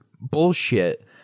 bullshit